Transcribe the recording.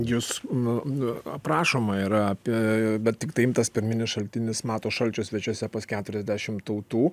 jus nu nu aprašoma yra apie bet tiktai imtas pirminis šaltinis mato šalčiaus svečiuose pas keturiasdešim tautų